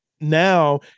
now